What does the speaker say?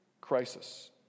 crisis